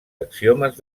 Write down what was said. axiomes